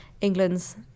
England's